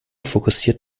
fokussiert